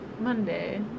Monday